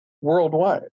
worldwide